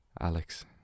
Alex